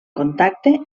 contacte